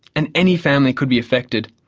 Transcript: and any family could be affected,